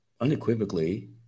unequivocally